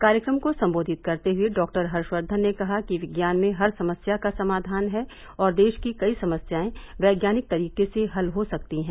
कार्यक्रम को संबोधित करते हुए डॉक्टर हर्षकर्धन ने कहा कि विज्ञान में हर समस्या का समाधान है और देश की कई समस्यायें वैज्ञानिक तरीके से हल हो सकती हैं